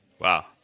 Wow